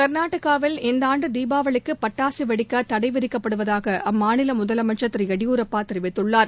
கர்நாடகாவில் இந்தாண்டு தீபாவளிக்கு பட்டாசு வெடிக்க தடை விதிக்கப்படுவதாக அம்மாநில முதலமைச்சர் திரு எடியூரப்பா தெரிவித்துள்ளார்